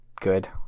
good